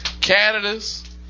Canada's